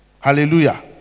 Hallelujah